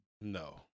No